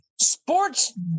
sports